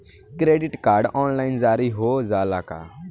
Credit card online जारी हो जाला का?